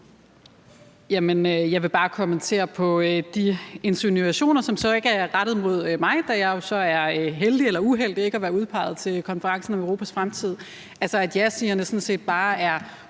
jeg vil bare kommentere på de insinuationer, som så ikke er rettet mod mig, da jeg er så heldig eller uheldig ikke at være udpeget til konferencen om Europas fremtid, altså at jasigerne sådan set bare er